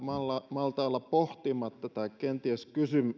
malta olla pohtimatta tai kenties